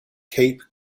cape